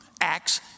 acts